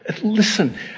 listen